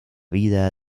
vida